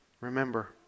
remember